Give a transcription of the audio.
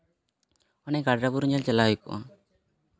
ᱚᱱᱮ ᱜᱟᱰᱨᱟ ᱵᱩᱨᱩ ᱧᱮᱞ ᱪᱟᱞᱟᱜ ᱦᱩᱭ ᱠᱚᱜᱼᱟ